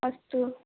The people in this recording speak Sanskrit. अस्तु